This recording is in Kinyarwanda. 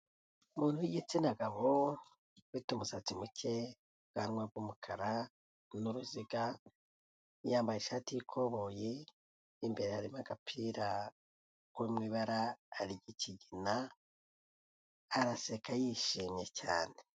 Umuntu w'igitsina gabo ufite umusatsi muke ubwanwa bw'umukara n'uruziga yambaye ishati ikoboye imbere harimo agapira mu ibara ry'ikigina araseka yishimye cyane.